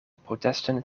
protesten